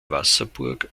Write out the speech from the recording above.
wasserburg